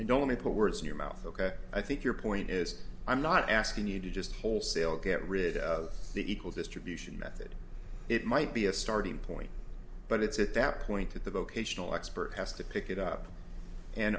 and don't let me put words in your mouth ok i think your point is i'm not asking you to just wholesale get rid of the equal distribution method it might be a starting point but it's at that point that the vocational expert has to pick it up and